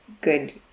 good